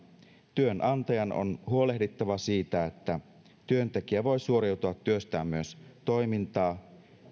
työnantajan on huolehdittava siitä että työntekijä voi suoriutua työstään myös toimintaa